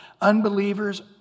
Unbelievers